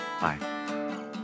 Bye